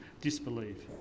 disbelieve